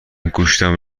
گوشتم